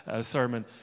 sermon